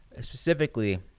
specifically